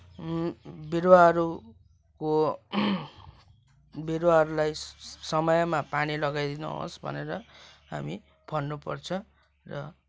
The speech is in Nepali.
बिरूवाहरूको बिरूवाहरूलाई समयमा पानी लगाइदिनुहोस् भनेर हामी भन्नुपर्छ र